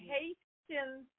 Haitians